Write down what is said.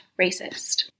racist